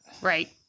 right